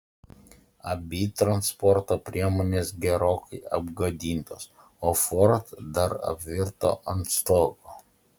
abi transporto priemonės gerokai apgadintos o ford dar apvirto ant stogo